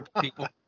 people